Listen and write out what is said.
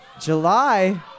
July